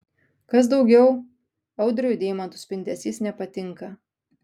kas daugiau audriui deimantų spindesys nepatinka